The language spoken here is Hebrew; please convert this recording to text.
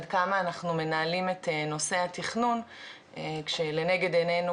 ועד כמה אנחנו מנהלים את נושא התכנון כשלנגד עיננו